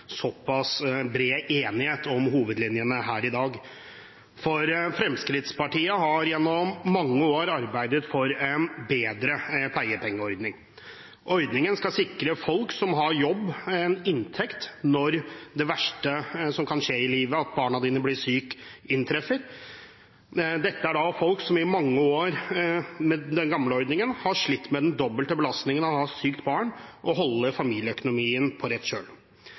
såpass bred enighet om hovedlinjene her i dag. Fremskrittspartiet har gjennom mange år arbeidet for en bedre pleiepengeordning. Ordningen skal sikre folk som har jobb, en inntekt når det verste som kan skje i livet, at barnet ditt blir sykt, inntreffer. Dette er folk som i mange år med den gamle ordningen har slitt med den doble belastningen ved å ha et sykt barn og å holde familieøkonomien på rett